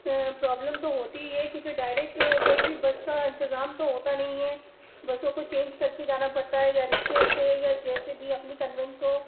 problem تو ہوتی ہی ہے کیوںکہ ڈائریک کوئی بھی بس کا انتظام تو ہوتا نہیں ہے بسوں کو چینج کر کے جانا پڑتا ہے یا رکشے سے یا جیسے بھی اپنی کنوینس ہو